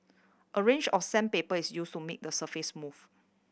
a range of sandpaper is used to make the surface smooth